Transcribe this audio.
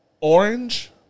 Orange